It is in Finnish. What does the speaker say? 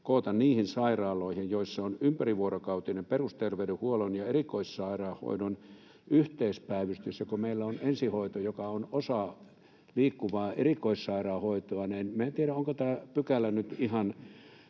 koota niihin sairaaloihin, joissa on ympärivuorokautinen perusterveydenhuollon ja erikoissairaanhoidon yhteispäivystys. Ja kun meillä on ensihoito, joka on osa liikkuvaa erikoissairaanhoitoa, niin minä en tiedä, onko tämä pykälä nyt ihan